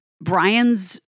Brian's